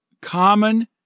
common